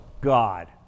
God